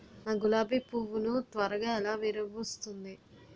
నా గులాబి పువ్వు ను త్వరగా ఎలా విరభుస్తుంది?